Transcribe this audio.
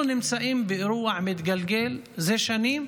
אנחנו נמצאים באירוע מתגלגל זה שנים,